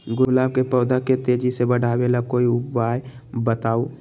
गुलाब के पौधा के तेजी से बढ़ावे ला कोई उपाये बताउ?